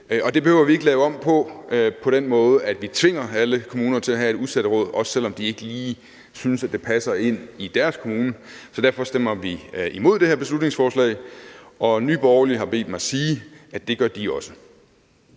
det behøver vi ikke at lave om på på den måde, at vi tvinger alle kommuner til at have et udsatteråd, også selv om de ikke lige synes, at det passer ind i deres kommune. Derfor stemmer vi imod det her beslutningsforslag, og Nye Borgerlige har bedt mig sige, at det gør de også.